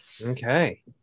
Okay